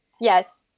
yes